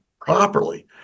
properly